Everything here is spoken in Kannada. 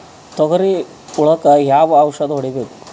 ತೊಗರಿ ಹುಳಕ ಯಾವ ಔಷಧಿ ಹೋಡಿಬೇಕು?